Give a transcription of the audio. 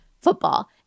football